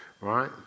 right